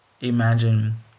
imagine